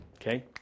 Okay